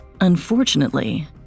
Unfortunately